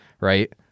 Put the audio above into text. right